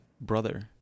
brother